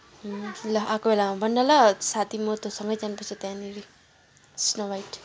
ल आएको बेलामा भन् न ल साथी तँ म सँगै जानुपर्छ त्यहाँनिर स्नो वाइट